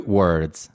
words